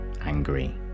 angry